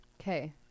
okay